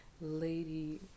lady